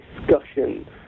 discussion